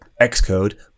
Xcode